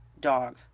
dog